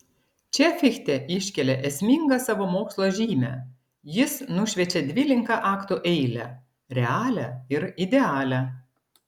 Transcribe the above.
čia fichte iškelia esmingą savo mokslo žymę jis nušviečia dvilinką aktų eilę realią ir idealią